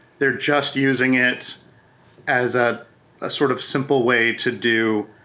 they're just using it as a ah sort of simple way to do